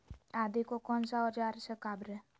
आदि को कौन सा औजार से काबरे?